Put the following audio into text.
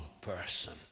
person